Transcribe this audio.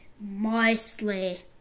mostly